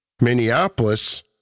Minneapolis